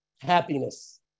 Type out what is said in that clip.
happiness